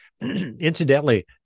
incidentally